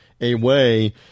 Away